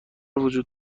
وجود